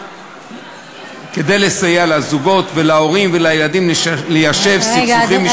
כדי לסייע לזוגות ולהורים ולילדים ליישב סכסוכים משפחתיים,